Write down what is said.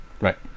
Right